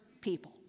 people